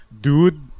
dude